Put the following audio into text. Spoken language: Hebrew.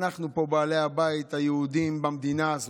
אנחנו פה בעלי הבית, היהודים, במדינה הזאת.